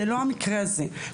זה לא המקרה הזה.